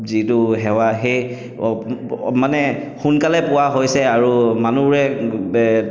যিটো সেৱা সেই মানে সোনকালে পোৱা হৈছে আৰু মানুহবোৰে বে